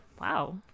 Wow